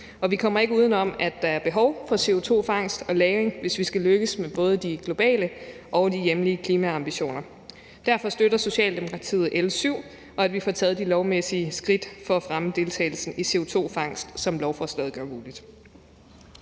Vi kommer ikke uden om, at der er behov for CO2-fangst og -lagring, hvis vi skal lykkes med både de globale og de hjemlige klimaambitioner. Derfor støtter Socialdemokratiet L 7, så vi får taget de lovmæssige skridt for at fremme deltagelsen i CO2-fangst, hvilket lovforslaget gør muligt.